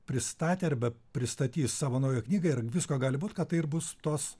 pristatė arba pristatys savo naują knygą ir visko gali būt kad tai ir bus tos